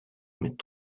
mit